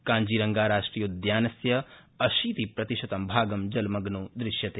काज्ञीरंगाराष्ट्रियोद्यानस्य अशीतिप्रतिशतं भागं जलमग्नो दृश्यते